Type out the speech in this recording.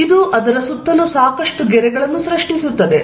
ಇದು ಅದರ ಸುತ್ತಲೂ ಸಾಕಷ್ಟು ಗೆರೆಗಳನ್ನು ಸೃಷ್ಟಿಸುತ್ತದೆ